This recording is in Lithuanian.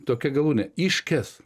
tokia galūne iškes